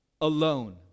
alone